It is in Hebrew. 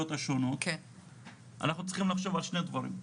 השונות אנחנו צריכים לחשוב על שני דברים.